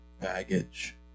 baggage